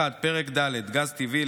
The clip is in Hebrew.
פרק ד' גז טבעי,